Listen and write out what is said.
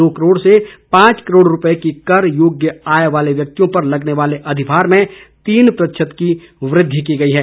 दो करोड़ से पांच करोड़ रूपये की कर योग्य आय वाले व्यक्तियों पर लगने वाले अधिभार में तीन प्रतिशत की वृद्धि की गई है